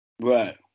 right